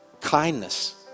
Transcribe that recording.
Kindness